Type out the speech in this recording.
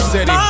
City